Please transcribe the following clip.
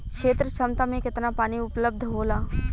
क्षेत्र क्षमता में केतना पानी उपलब्ध होला?